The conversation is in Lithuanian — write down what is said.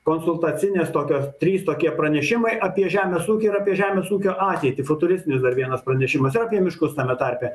konsultacinės tokios trys tokie pranešimai apie žemės ūkį ir apie žemės ūkio ateitį futuristinis dar vienas pranešimas ir apie miškus tame tarpe